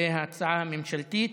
וההצעה הממשלתית,